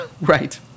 Right